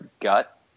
gut